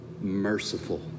merciful